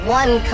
one